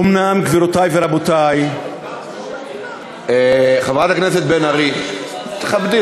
אומנם, גבירותי ורבותי, חברת הכנסת בן ארי, תכבדי.